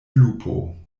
lupo